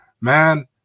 man